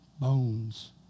bones